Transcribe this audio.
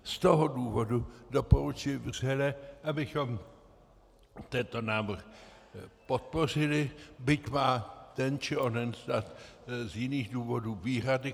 Z toho důvodu doporučuji vřele, abychom tento návrh podpořili, byť má ten či onen stát z jiných důvodů výhrady k tomu.